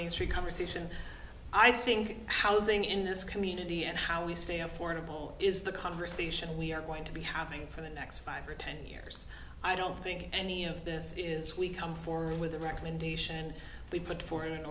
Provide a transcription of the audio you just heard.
three conversation i think housing in this community and how we stay affordable is the conversation we are going to be having for the next five or ten years i don't think any of this is we come forward with a recommendation we put for